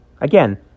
Again